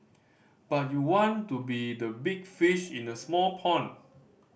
but you want to be the big fish in a small pond